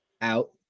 out